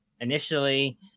initially